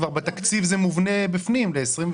בתקציב זה כבר מובנה בפנים ל-2021,